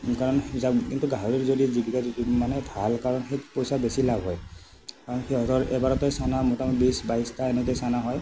কাৰণ কিন্তু গাহৰিটো যদি জীৱিকা যদি মানে ভাল কাৰণ পইচা বেছি লাভ হয় কাৰণ সিহঁতৰ একেবাৰতে চানা মুটামুটি বিছ বাইছটা এনেকৈ চানা হয়